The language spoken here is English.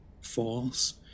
false